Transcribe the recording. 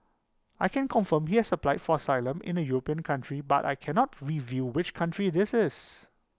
I can confirm he has applied for asylum in A european country but I cannot reveal which country this is